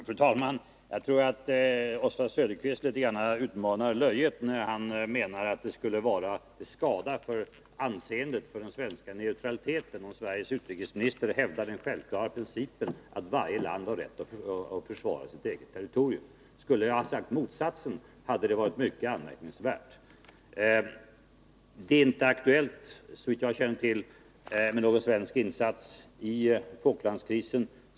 Fru talman! Jag tror att Oswald Söderqvist litet grand utmanar löjet när han menar att det skulle vara till skada för den svenska neutralitetspolitiken om Sveriges utrikesminister hävdar den självklara principen att varje land har rätt att försvara sitt eget territorium. Skulle jag ha sagt motsatsen hade det varit mycket anmärkningsvärt. Det är såvitt jag känner till inte aktuellt med någon svensk medverkan i Falklandskrisen.